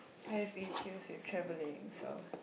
I have issues with travelling so